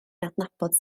adnabod